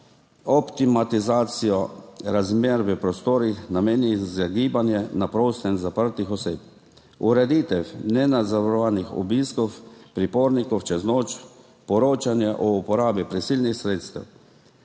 optimizacijo razmer v prostorih, namenjenih za gibanje na prostem zaprtih oseb; ureditev nenadzorovanih obiskov pripornikov čez noč; poročanje o uporabi prisilnih sredstev.